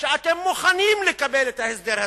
"שאתם מוכנים לקבל את ההסדר הזה",